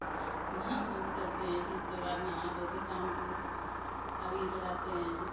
dance वांस करते हैं फिर उसके बाद नहा धोके शाम को अबीर लगाते हैं